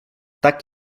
tak